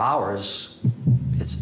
hours it's